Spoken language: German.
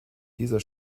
dieser